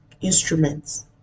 instruments